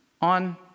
on